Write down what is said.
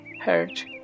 hurt